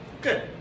Good